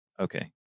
Okay